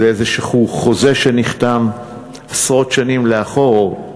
זה איזשהו חוזה שנחתם עשרות שנים לאחור,